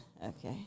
Okay